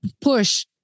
push